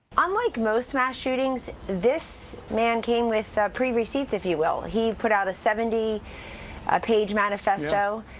unlike most mass shootings, this man came with pre-receipts, if you will. he put out a seventy page manifesto.